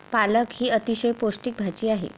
पालक ही अतिशय पौष्टिक भाजी आहे